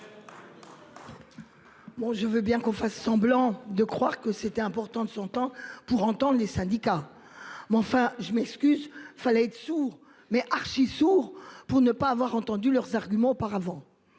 je veux bien qu'on fasse semblant de croire que c'était important de son temps pour entendre les syndicats, mais enfin je m'excuse fallait sourd mais Arcis sourd pour ne pas avoir entendu leurs arguments. Auparavant,